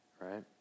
right